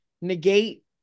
negate